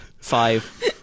Five